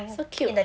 so cute